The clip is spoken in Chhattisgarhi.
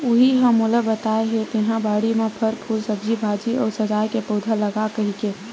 उहीं ह मोला बताय हे तेंहा बाड़ी म फर, फूल, सब्जी भाजी अउ सजाय के पउधा लगा कहिके